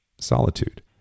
solitude